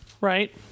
right